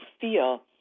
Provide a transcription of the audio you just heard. feel